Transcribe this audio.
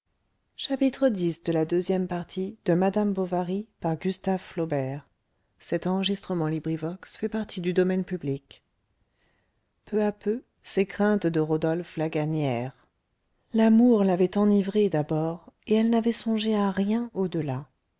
peu à peu ces craintes de rodolphe la gagnèrent l'amour l'avait enivrée d'abord et elle n'avait songé à rien au